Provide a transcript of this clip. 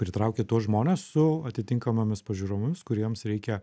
pritraukia tuos žmones su atitinkamomis pažiūromis kuriems reikia